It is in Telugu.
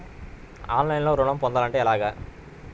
ఆన్లైన్లో ఋణం పొందాలంటే ఎలాగా?